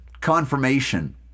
confirmation